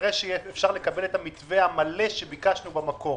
כנראה שאפשר יהיה לקבל את המתווה המלא שביקשנו במקור,